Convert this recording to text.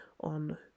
on